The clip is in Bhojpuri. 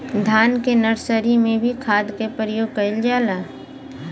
धान के नर्सरी में भी खाद के प्रयोग कइल जाला?